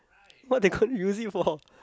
what they got to use it for